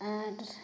ᱟᱨ